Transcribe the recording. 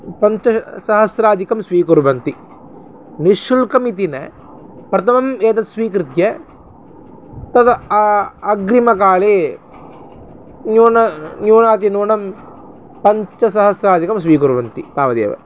पञ्च सहस्रादिकं स्वीकुर्वन्ति निश्शुल्कमिति न प्रथमं एतद्स्वीकृत्य तद् आ अग्रिमकाले न्यूनं न्यूनातिन्यूनं पञ्चसहस्रादिकं स्वीकुर्वन्ति तावदेव